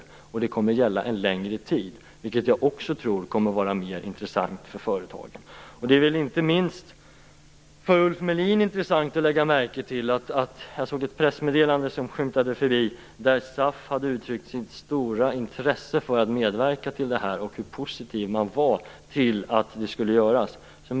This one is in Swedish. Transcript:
Utbildningen kommer också att gälla en längre tid, vilket jag också tror kommer att vara mer intressant för företagen. Jag såg att SAF i ett pressmeddelande hade uttryckt sitt stora intresse för att medverka i den här satsningen och hur positiv man var till det - detta är väl inte minst intressant för Ulf Melin att lägga märke till.